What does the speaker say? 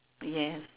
yes